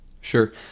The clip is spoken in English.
sure